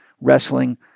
wrestling